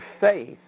faith